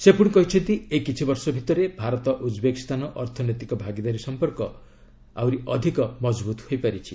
ସେ କହିଛନ୍ତି ଏଇ କିଛି ବର୍ଷ ଭିତରେ ଭାରତ ଉଜ୍ବେକିସ୍ତାନ ଅର୍ଥନୈତିକ ଭାଗିଦାରୀ ସମ୍ପର୍କ ଅଧିକ ମଜବୁତ ହୋଇଛି